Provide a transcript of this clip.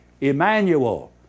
Emmanuel